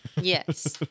Yes